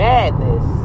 Madness